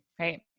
right